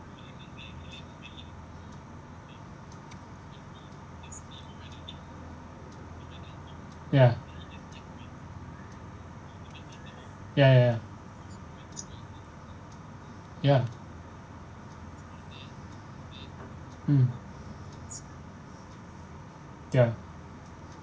ya ya ya ya ya mm ya